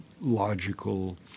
logical